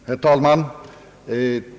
Herr talman!